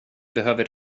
behöver